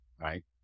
right